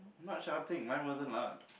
not shouting mine wasn't loud